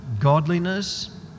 godliness